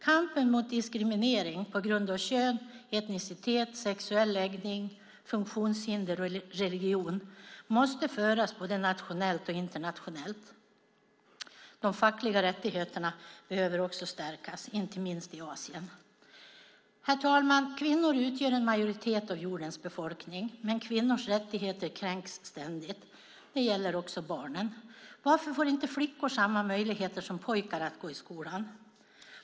Kampen mot diskriminering på grund av kön, etnicitet, sexuell läggning, funktionshinder och religion måste föras både nationellt och internationellt. De fackliga rättigheterna behöver också stärkas, inte minst i Asien. Herr talman! Kvinnor utgör en majoritet av jordens befolkning, men kvinnors rättigheter kränks ständigt. Det gäller också barnen. Varför får inte flickor samma möjligheter som pojkar att gå i skolan?